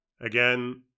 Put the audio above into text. again